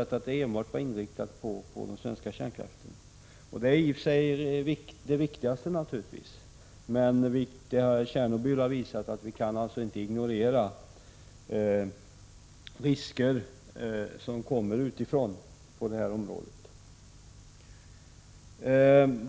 att det enbart var inriktat på den svenska kärnkraften. Det är i och för sig det viktigaste. Men Tjernobyl har visat att vi inte kan ignorera risker på detta område som kommer utifrån.